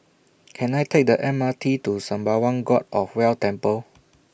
Can I Take The M R T to Sembawang God of Wealth Temple